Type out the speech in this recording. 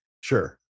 Sure